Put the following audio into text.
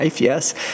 yes